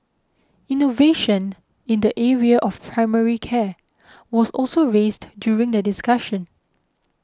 innovation in the area of primary care was also raised during the discussion